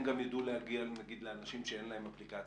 גם ידעו להגיע לאנשים שאין להם אפליקציה?